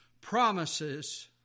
promises